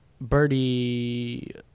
birdie